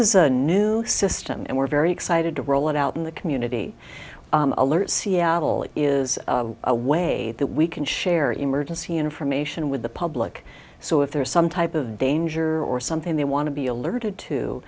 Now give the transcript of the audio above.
is a new system and we're very excited to roll it out in the community alert seattle is a way that we can share emergency information with the public so if there is some type of danger or something they want to be alerted to